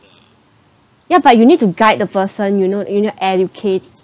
ya but you need to guide the person you know you know educate